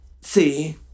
See